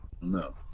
No